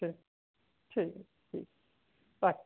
ঠিক ঠিক আছে ঠিক রাখছি